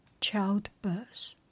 childbirth